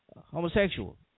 homosexual